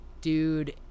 dude